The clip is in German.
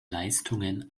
leistungen